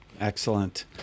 Excellent